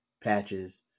Patches